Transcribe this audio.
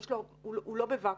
הוא לא בוואקום.